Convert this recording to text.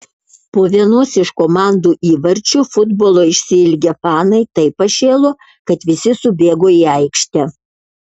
po vienos iš komandų įvarčių futbolo išsiilgę fanai taip pašėlo kad visi subėgo į aikštę